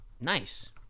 Nice